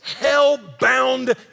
hell-bound